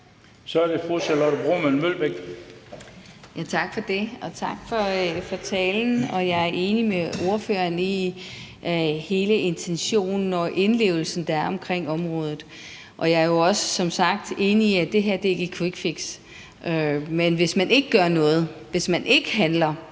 Kl. 19:28 Charlotte Broman Mølbæk (SF): Tak for det, og tak for talen. Jeg er enig med ordføreren i hele intentionen og den indlevelse, der er, i området. Jeg er jo også som sagt enig i, at det her ikke er et quickfix. Men hvis man ikke gør noget, hvis man ikke handler,